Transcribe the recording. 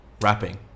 Rapping